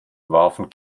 warfen